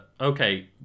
okay